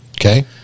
Okay